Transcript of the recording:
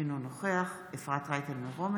אינו נוכח אפרת רייטן מרום,